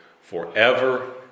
forever